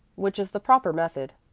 which is the proper method.